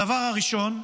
הדבר הראשון: